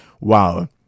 wow